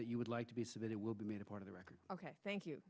that you would like to be so that it will be made a part of the record ok thank you